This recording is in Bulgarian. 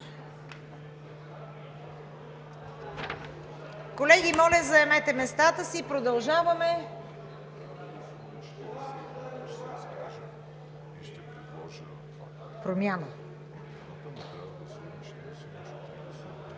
Колеги, моля, заемете местата си. Продължаваме. Колеги!